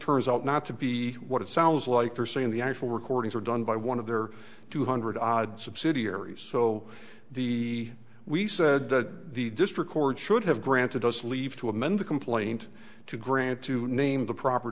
turns out not to be what it sounds like they're saying the actual recordings are done by one of their two hundred odd subsidiaries so the we said that the district court should have granted us leave to amend the complaint to grant to name the proper